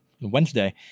Wednesday